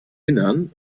innern